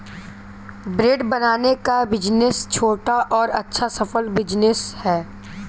bread बनाने का business छोटा और अच्छा सफल बिज़नेस है